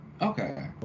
Okay